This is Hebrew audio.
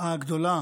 הגדולה